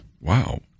Wow